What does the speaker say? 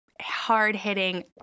hard-hitting